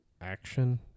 action